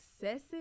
excessive